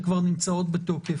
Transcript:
שכבר נמצאות בתוקף,